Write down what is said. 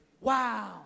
wow